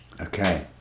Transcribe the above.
Okay